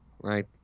Right